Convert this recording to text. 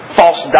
false